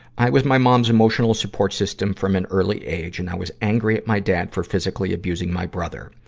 i was my mom's emotional support system from an early age, and i was angry at my dad for physically abusing my brother.